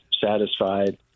satisfied